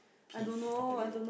peeve I don't know